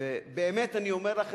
ובאמת אני אומר את